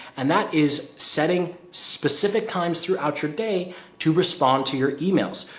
and that is setting specific times throughout your day to respond to your emails.